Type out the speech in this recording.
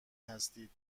هستید